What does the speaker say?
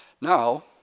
now